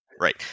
Right